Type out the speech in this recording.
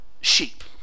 Sheep